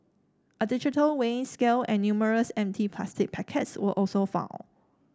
a digital weighing scale and numerous empty plastic packets were also found